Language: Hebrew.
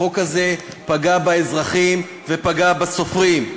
החוק הזה פגע באזרחים ופגע בסופרים.